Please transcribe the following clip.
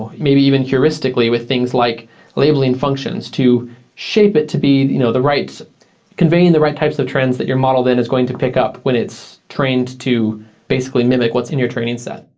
maybe even heuristically with things like labeling functions to shape it to be the you know the right conveying the right types of trends that your model then is going to pick up when it's trained to basically mimic what's in your training set